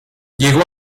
llegó